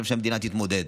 עכשיו שהמדינה תתמודד.